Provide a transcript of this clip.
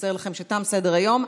לבשר לכם שתם סדר-היום.